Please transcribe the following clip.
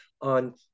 on